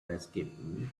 escaping